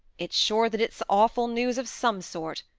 it's sure that it's awful news of some sort,